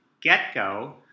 get-go